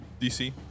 DC